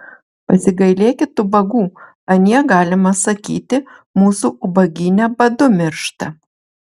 pasigailėkit ubagų anie galima sakyti mūsų ubagyne badu miršta